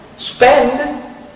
Spend